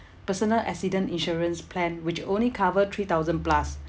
personal accident insurance plan which only cover three thousand plus